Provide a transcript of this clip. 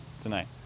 tonight